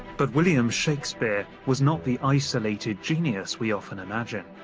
but william shakespeare was not the isolated genius we often imagine.